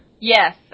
Yes